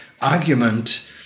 argument